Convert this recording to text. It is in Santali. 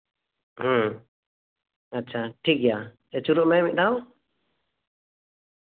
ᱦᱩᱸ ᱟᱪᱪᱷᱟ ᱴᱷᱤᱠᱜᱮᱭᱟ ᱟᱹᱪᱩᱨᱚᱜ ᱢᱮ ᱢᱤᱫ ᱫᱷᱟᱣ